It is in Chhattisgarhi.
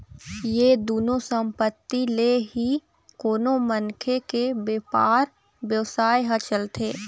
ये दुनो संपत्ति ले ही कोनो मनखे के बेपार बेवसाय ह चलथे